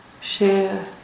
share